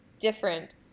Different